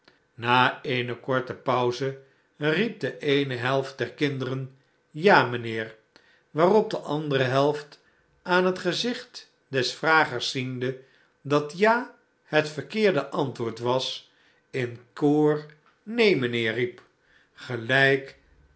na eene korte pauze riep de eene helft der kinderen ja mijnheer wa arop de andere helft aan het gezicht des vragers ziende dat ja het verkeerde antwoord was in koor neen mijnheer riep gelijk